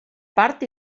part